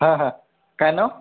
हां हां काय नाव